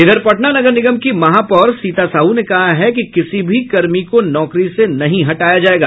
इधर पटना नगर निगम की महापौर सीता साहू ने कहा है कि किसी भी कर्मी को नौकरी से नहीं हटाया जायेगा